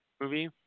movie